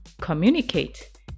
communicate